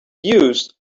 used